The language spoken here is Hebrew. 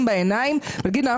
בדיוק.